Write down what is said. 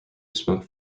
smoke